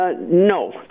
No